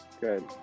good